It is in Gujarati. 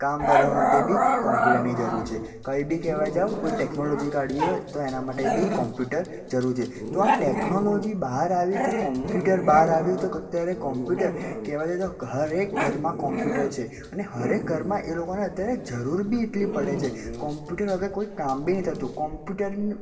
કામ કરવા માટે બી કોમ્પ્યુટરની જરૂર છે કંઈ બી કહેવા જાઓ કોઈ ટેકનોલોજી કાઢવી હોય તો એના માટે બી કોમ્પ્યુટર જરૂર છે તો આ ટેકનોલોજી બહાર આવી તો કોમ્પ્યુટર બહાર આવ્યું તો અત્યારે કોમ્પ્યુટર કહેવા જાઓ તો દરેક ઘરમાં કોમ્પ્યુટર છે અને દરેક ઘરમાં એ લોકોને અત્યારે જરૂર બી એટલી પડે છે કોમ્પ્યુટર વગર કોઈ કામ બી નથી થતું કોમ્પ્યુટર